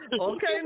Okay